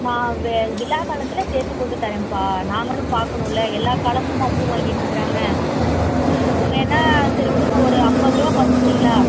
மா வெ விழா காலத்தில் சேர்த்து போட்டு தரேன்ப்பா நாங்களும் பார்க்கணுல்ல எல்லா காலமுமா பூ வாங்கிட்டுருக்கறாங்க வேணா சரி விடுங்க ஒரு ஐம்பதுரூவா குறச்சிக்கிறீங்களா